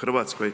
prema RH